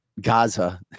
gaza